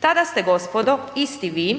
Tada ste gospodo, isti vi,